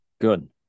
Good